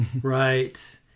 right